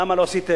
למה לא עשיתם?